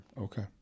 Okay